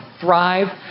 thrive